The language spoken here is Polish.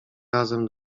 razem